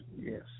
yes